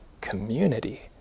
community